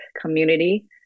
community